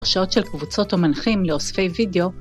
הרשאות של קבוצות או מנחים לאוספי וידאו